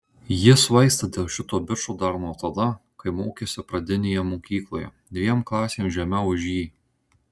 ji svaigsta dėl šito bičo dar nuo tada kai mokėsi pradinėje mokykloje dviem klasėm žemiau už jį